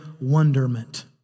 wonderment